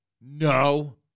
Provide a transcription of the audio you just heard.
no